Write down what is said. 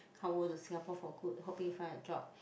come over to Singapore for good hoping to find a job